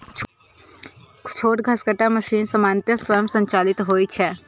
छोट घसकट्टा मशीन सामान्यतः स्वयं संचालित होइ छै